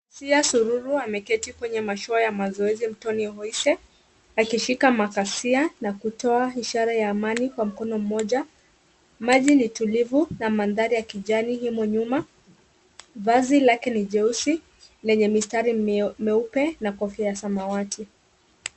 Asiya SUruru ameketi kwenye mashua ya mazoezi wa mtoni oise, akishika makasia, akitoa ishara ya amani kwa mkono mmoja. Maji ni tulivu na mandhari ya kijani umo nyuma. Vazi lake ni jeusi lenye mistari meupe na kofia ya samawati.